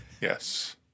Yes